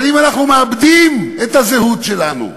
אבל אם אנחנו מאבדים את הזהות שלנו,